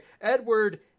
Edward